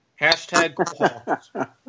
Hashtag